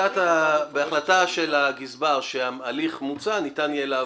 בהחלטה של הגזבר שההליך מוצה, ניתן יהיה לעבור.